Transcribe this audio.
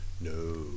No